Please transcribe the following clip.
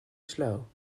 slow